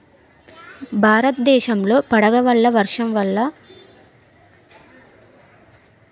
భారతదేశం లో వడగళ్ల వర్షం వల్ల ఎ రాష్ట్రంలో అధిక నష్టం జరిగింది?